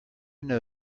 know